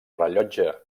rellotge